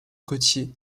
gautier